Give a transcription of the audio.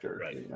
right